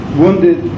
wounded